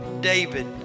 David